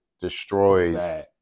destroys